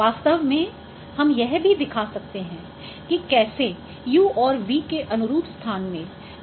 वास्तव में हम यह भी दिखा सकते हैं कि कैसे Uऔर V के अनुरूप स्थान में नॉइज़ कम हो जाती है